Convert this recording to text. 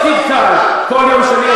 זה לא תפקיד קל כל יום שני,